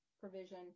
provision